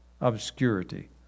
obscurity